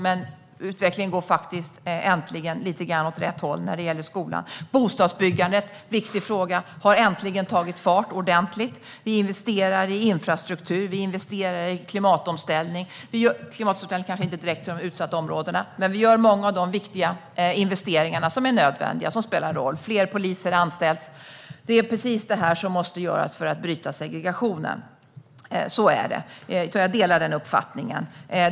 Men utvecklingen går äntligen lite grann åt rätt håll när det gäller skolan. Bostadsbyggandet, en viktig fråga, har äntligen tagit fart ordentligt. Vi investerar i infrastruktur, och vi investerar i klimatomställning - klimatomställningen kanske inte direkt har att göra med de utsatta områdena. Men vi gör många av de viktiga investeringar som är nödvändiga och spelar roll. Fler poliser anställs. Det är precis det här som måste göras för att bryta segregationen, så jag delar den uppfattningen.